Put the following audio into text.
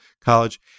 college